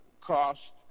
cost